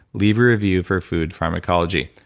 leave a review for food pharmacology.